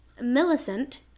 Millicent